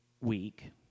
week